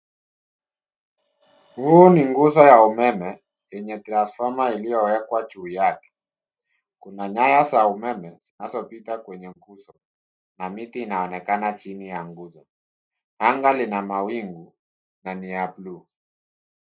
Huu ni nguzo ya umeme yenye transformer iliyowekwa juu yake. Kuna nyaya za umeme zinazopita kwenye nguzo na miti inaonekana chini ya nguzo. Anga lina mawingu na ni ya bluu.